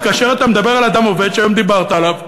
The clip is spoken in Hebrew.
וכאשר אתה מדבר על אדם עובד, היום דיברת עליו,